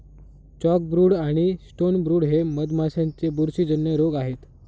chalkbrood आणि stonebrood हे मधमाशांचे बुरशीजन्य रोग आहेत